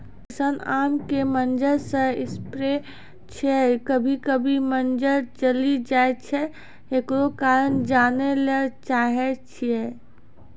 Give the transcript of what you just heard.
किसान आम के मंजर जे स्प्रे छैय कभी कभी मंजर जली जाय छैय, एकरो कारण जाने ली चाहेय छैय?